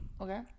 Okay